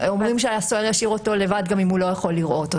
אומרים שהסוהר ישאיר אותו לבד גם אם הוא לא יכול לראות אותו.